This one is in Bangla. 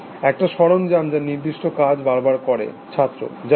একটা সরঞ্জাম যা নির্দিষ্ট কাজ বার বার করে ছাত্র যাইহোক